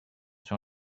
sur